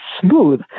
smooth